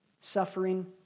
suffering